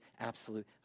absolute